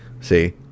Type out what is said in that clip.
see